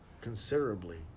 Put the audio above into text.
considerably